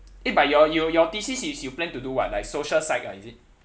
eh but your you your thesis is you plan to do what like social psych ah is it